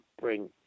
bring